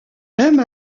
même